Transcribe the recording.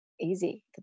Easy